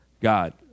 God